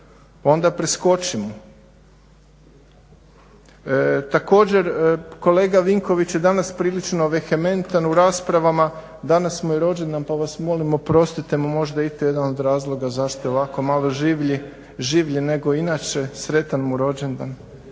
Onda preskočimo. Također kolega Vinković je danas prilično vehementan u raspravama. Danas mu je rođendan, pa vas molim oprostite mu. Možda je i to jedan od razloga zašto je ovako malo življi nego inače. Sretan mu rođendan!